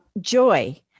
joy